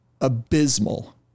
abysmal